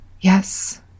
Yes